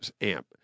amp